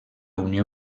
unió